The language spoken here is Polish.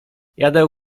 jadę